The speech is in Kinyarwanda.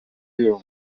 uyu